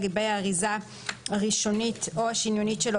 גבי האריזה הראשונית או האריזה השניונית שלו,